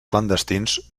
clandestins